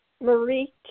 Marie